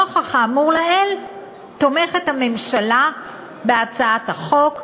נוכח האמור לעיל תומכת הממשלה בהצעת החוק,